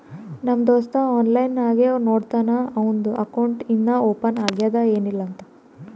ನಮ್ ದೋಸ್ತ ಆನ್ಲೈನ್ ನಾಗೆ ನೋಡ್ತಾನ್ ಅವಂದು ಅಕೌಂಟ್ ಇನ್ನಾ ಓಪನ್ ಆಗ್ಯಾದ್ ಏನಿಲ್ಲಾ ಅಂತ್